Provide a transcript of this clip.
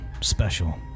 special